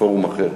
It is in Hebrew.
בפורום אחר?